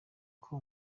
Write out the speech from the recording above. uko